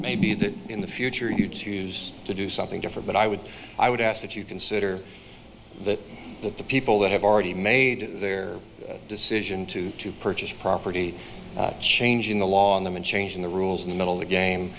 may be that in the future you choose to do something different but i would i would ask that you consider that the people that have already made their decision to to purchase property changing the law on them and changing the rules in the middle of the game